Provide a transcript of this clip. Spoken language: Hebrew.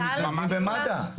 הם מתנדבים במד"א.